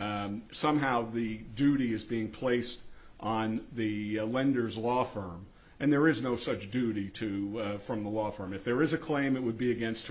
and somehow the duty is being placed on the lenders law firm and there is no such duty to from the law firm if there is a claim it would be against